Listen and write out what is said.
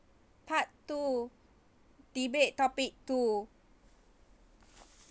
part two debate topic two